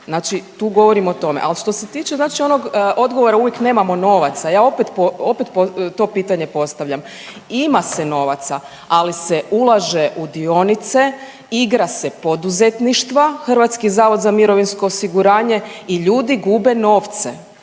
Znači, tu govorim o tome. Ali što se tiče znači onog odgovora uvijek nemamo novaca. Ja opet to pitanje postavljam. Ima se novaca ali se ulaže u dionice, igra se poduzetništva Hrvatski zavod za mirovinsko osiguranje i ljudi gube novce.